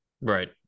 Right